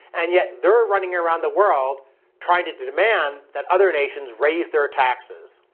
and yet they're running around the world trying to demand that other nations raise their taxes.